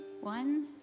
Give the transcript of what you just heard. One